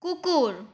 কুকুর